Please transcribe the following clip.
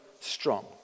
strong